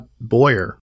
Boyer